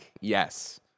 yes